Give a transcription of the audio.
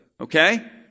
Okay